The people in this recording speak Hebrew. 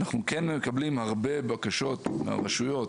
אנחנו כן מקבלים הרבה בקשות מהרשויות